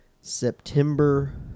September